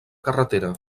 carretera